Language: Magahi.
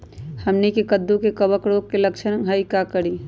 हमनी के कददु में कवक रोग के लक्षण हई का करी?